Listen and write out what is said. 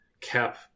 cap